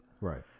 right